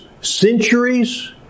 centuries